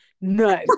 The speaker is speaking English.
no